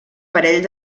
parell